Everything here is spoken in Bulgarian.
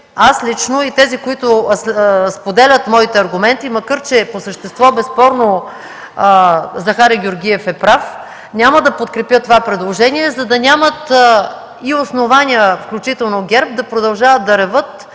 аз лично и тези, които споделят моите аргументи, макар че по същество безспорно Захари Георгиев е прав, няма да подкрепя това предложение, за да няма основания, включително ГЕРБ, да продължават да реват,